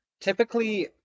typically